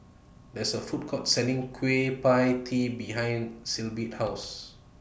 There's A Food Court Selling Kueh PIE Tee behind Sibyl's House